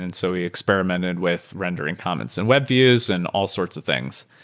and so we experimented with rendering comments and web views and all sorts of things.